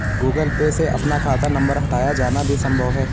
Google Pay से अपना खाता नंबर हटाया जाना भी संभव है